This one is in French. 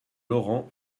laurent